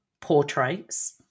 portraits